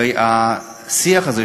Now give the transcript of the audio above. הרי השיח הזה,